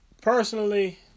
personally